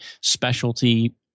specialty